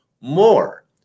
more